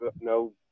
no